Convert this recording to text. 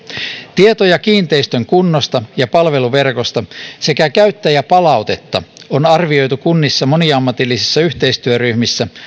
tietoja kiinteistön kunnosta ja palveluverkosta sekä käyttäjäpalautetta on arvioitu kunnissa moniammatillisissa yhteistyöryhmissä